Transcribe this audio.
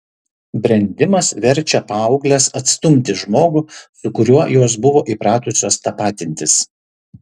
brendimas verčia paaugles atstumti žmogų su kuriuo jos buvo įpratusios tapatintis